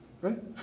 right